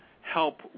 help